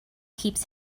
keeps